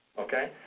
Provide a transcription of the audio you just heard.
okay